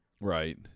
Right